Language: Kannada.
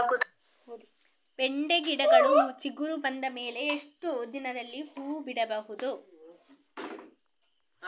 ಬೆಂಡೆ ಗಿಡಗಳು ಚಿಗುರು ಬಂದ ಮೇಲೆ ಎಷ್ಟು ದಿನದಲ್ಲಿ ಹೂ ಬಿಡಬಹುದು?